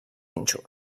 nínxol